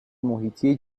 محیطی